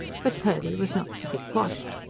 but purdy was not to be quashed.